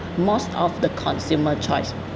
most of the consumer choice